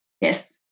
yes